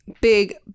big